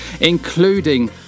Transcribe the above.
including